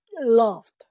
loved